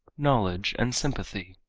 knowledge and sympathy